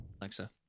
Alexa